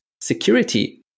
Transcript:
security